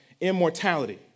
immortality